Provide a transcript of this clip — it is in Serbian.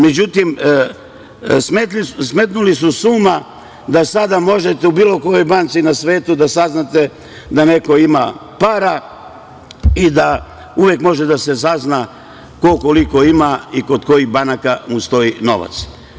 Međutim, smetnuli su sa uma da sada možete u bilo kojoj banci na svetu da saznate da neko ima para i da uvek može da se sazna ko koliko ima i kod kojih banaka mu stoji novac.